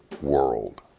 world